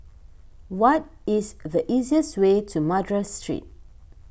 what is the easiest way to Madras Street